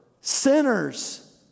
sinners